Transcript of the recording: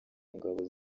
ngabo